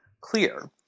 clear